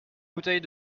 bouteille